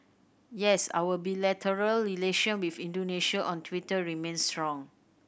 yes our bilateral relation with Indonesia on Twitter remains strong